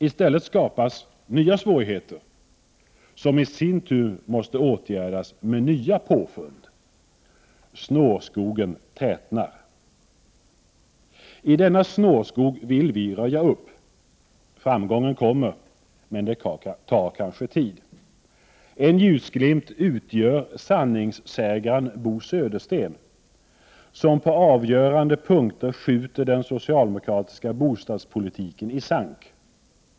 I stället skapas nya svårigheter, som i sin tur måste åtgärdas med nya påfund. Snårskogen tätnar. I denna snårskog vill vi röja upp. Framgången kommer — men det tar kanske tid. En ljusglimt utgör sanningssägaren Bo Södersten, som på avgörande punkter skjuter den socialdemokratiska bostadspolitiken i sank.